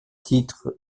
titre